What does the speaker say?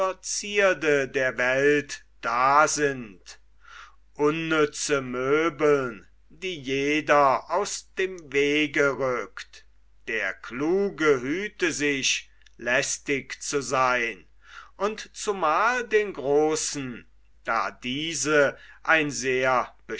zierde der welt dasind unnütze möbeln die jeder aus dem wege rückt der kluge hüte sich lästig zu sehn und zumal den großen da diese ein sehr